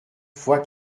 fois